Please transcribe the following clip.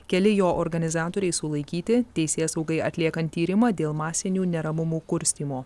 keli jo organizatoriai sulaikyti teisėsaugai atliekant tyrimą dėl masinių neramumų kurstymo